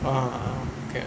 ah ah okay